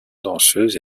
danseuse